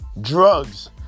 Drugs